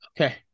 Okay